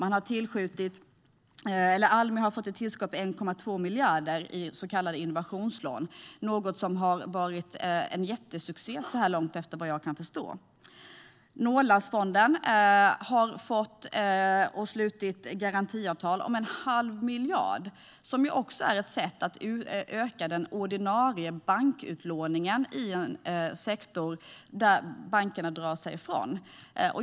Almi har fått ett tillskott på 1,2 miljarder i så kallade innovationslån, något som så här långt har varit en jättesuccé, såvitt jag kan förstå. Norrlandsfonden har fått ett slutligt garantiavtal om en halv miljard. Det är också ett sätt att öka den ordinarie bankutlåningen i en sektor som bankerna drar sig ur.